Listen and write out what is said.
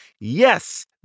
Yes